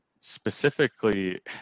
specifically